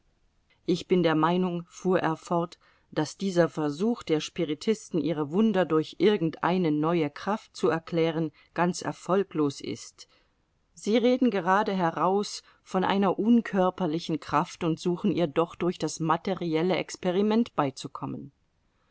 ich bin der meinung fuhr er fort daß dieser versuch der spiritisten ihre wunder durch irgendeine neue kraft zu erklären ganz erfolglos ist sie reden geradeheraus von einer unkörperlichen kraft und suchen ihr doch durch das materielle experiment beizukommen